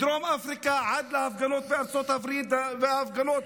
מדרום אפריקה עד להפגנות בארצות הברית וההפגנות